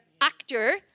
actor